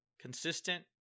consistent